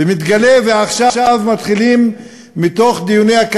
ומתגלה, ועכשיו מתחיל לדלוף